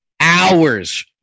Hours